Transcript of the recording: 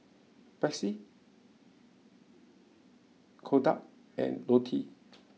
Betsy Kodak and Lotte